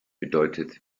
bedeutet